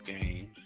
games